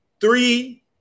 three